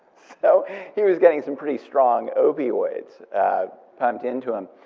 so he was getting some pretty strong opioids pumped into him.